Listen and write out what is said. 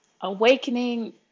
Awakening